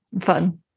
fun